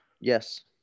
yes